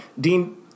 Dean